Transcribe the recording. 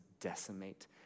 decimate